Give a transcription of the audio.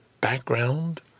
background